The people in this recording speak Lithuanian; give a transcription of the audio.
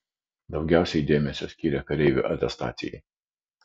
daugiausiai dėmesio skyrė kareivių atestacijai